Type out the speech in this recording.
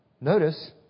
notice